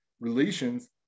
relations